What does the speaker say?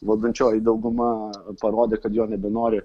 valdančioji dauguma parodė kad jo nebenori